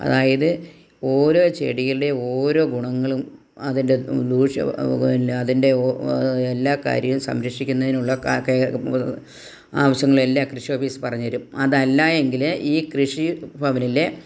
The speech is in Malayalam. അതായത് ഓരോ ചെടികളുടേ ഓരോ ഗുണങ്ങളും അതിൻ്റെ ദൂഷ്യ ഇല്ല അതിൻ്റെ ഓ എല്ലാ കാര്യങ്ങളും സംരക്ഷിക്കുന്നതിനുള്ള കെ ഓ ആവശ്യങ്ങൾ എല്ലാ കൃഷി ഓഫീസ് പറഞ്ഞു തരും അതല്ലാ എങ്കിൽ ഈ കൃഷിഭവനിലെ